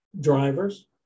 drivers